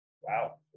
Wow